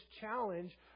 challenge